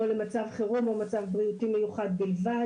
למצב חירום או מצב בריאותי מיוחד בלבד.